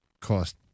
cost